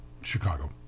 Chicago